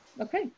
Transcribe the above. Okay